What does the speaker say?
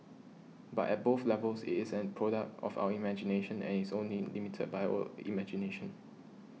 but at both levels it is a product of our imagination and it is only limited by imagination